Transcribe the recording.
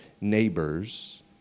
neighbors